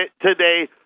today